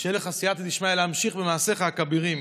שתהיה לך סייעתא דשמיא להמשיך במעשיך הכבירים.